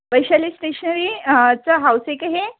Vaishali stationery चं house आहे का हे